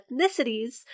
ethnicities